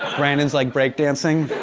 brandon's, like, break dancing.